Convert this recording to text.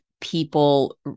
people